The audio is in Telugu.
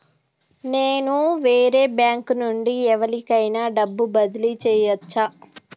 నేను వేరే బ్యాంకు నుండి ఎవలికైనా డబ్బు బదిలీ చేయచ్చా?